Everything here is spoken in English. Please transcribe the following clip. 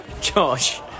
Josh